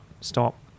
stop